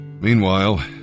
Meanwhile